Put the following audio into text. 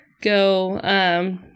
go